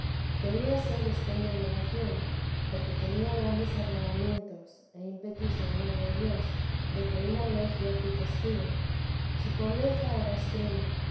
debía ser estando en oración porque tenía grandes arrobamientos e ímpetus de amor de dios de que una vez yo fúí testigo su pobreza era